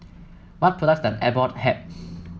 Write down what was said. what products does Abbott have